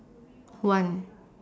one